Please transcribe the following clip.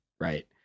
right